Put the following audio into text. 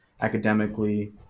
academically